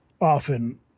often